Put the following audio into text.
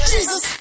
Jesus